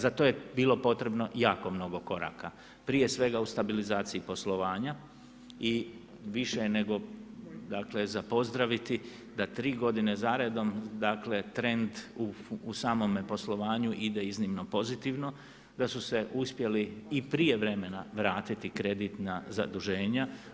Za to je bilo potrebno jako mnogo koraka, prije svega u stabilizaciji poslovanja i više je nego za pozdraviti da tri godine za redom trend u samome poslovanju ide iznimno pozitivno, da su se uspjeli i prije vremena vratiti kreditna zaduženja.